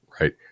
right